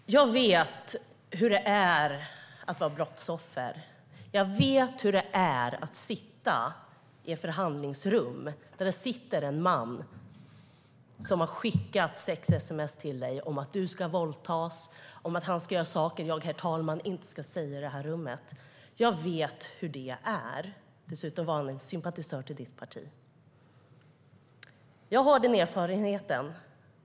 Herr talman! Jag vet hur det är att vara brottsoffer. Jag vet hur det är att sitta i samma förhandlingsrum som en man som har skickat sex-sms om att man ska bli våldtagen och om att han ska göra saker som jag inte ska säga i det här rummet, herr talman. Jag vet hur det är. Dessutom var han en sympatisör till ditt parti, Adam Marttinen. Jag har den erfarenheten.